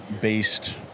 based